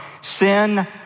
Sin